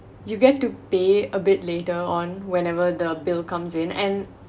you get to pay a bit later on whenever the bill comes in and